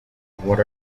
what